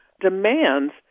demands